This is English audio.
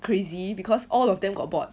crazy because all of them got bot